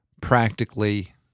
practically